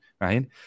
right